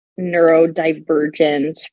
neurodivergent